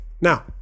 Now